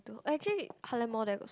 actually Heartland-Mall there got so